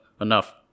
enough